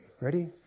Ready